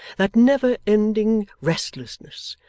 that never-ending restlessness,